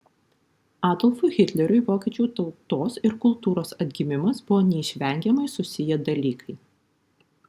adolfui hitleriui vokiečių tautos ir kultūros atgimimas buvo neišvengiamai susiję dalykai